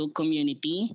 community